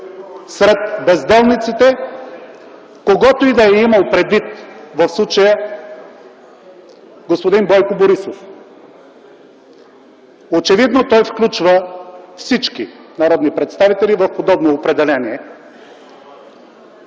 на Любен Корнезов), когото и да е имал предвид в случая господин Бойко Борисов. Очевидно той включва всички народни представители в подобно определение,